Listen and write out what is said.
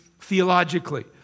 theologically